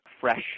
fresh